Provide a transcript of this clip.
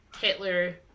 hitler